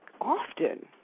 often